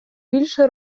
більше